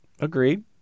Agreed